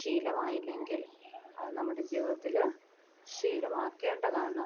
ശീലമായില്ലെങ്കിൽ അത് നമ്മുടെ ജീവിതത്തിൽ ശീലമാക്കേണ്ടതാണ്